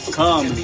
come